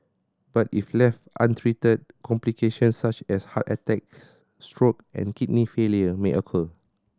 but if left untreated complications such as heart attacks stroke and kidney failure may occur